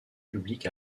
publics